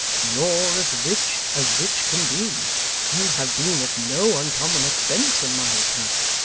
you're as rich as rich can be you have been at no uncommon expense on my account,